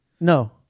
No